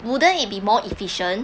wouldn't it will be more efficient